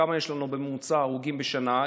כמה יש לנו בממוצע הרוגים בשנה,